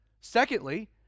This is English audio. Secondly